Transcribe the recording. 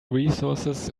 resources